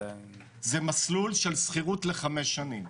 זה מסלול של שכירות לחמש שנים,